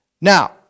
Now